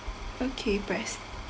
okay press